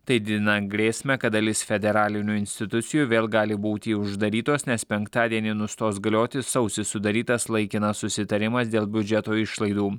tai didina grėsmę kad dalis federalinių institucijų vėl gali būti uždarytos nes penktadienį nustos galioti sausį sudarytas laikinas susitarimas dėl biudžeto išlaidų